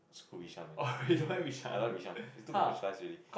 screw Bishan man I don't like Bishan is too commercialize already